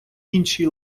іншій